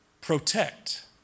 protect